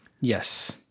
Yes